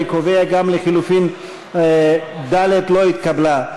אני קובע שגם לחלופין ד' לא התקבלה.